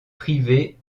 privé